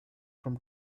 from